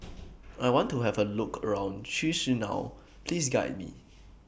I want to Have A Look around Chisinau Please Guide Me